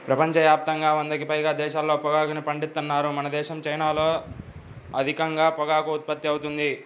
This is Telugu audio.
ప్రపంచ యాప్తంగా వందకి పైగా దేశాల్లో పొగాకుని పండిత్తన్నారు మనదేశం, చైనాల్లో అధికంగా పొగాకు ఉత్పత్తి అవుతుంది